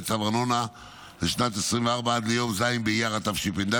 צו הארנונה לשנת 2024 עד ליום ז' באייר התשפ"ד,